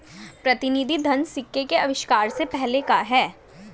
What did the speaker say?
प्रतिनिधि धन सिक्के के आविष्कार से पहले का है